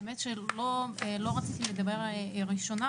האמת שלא רציתי לדבר ראשונה,